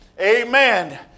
Amen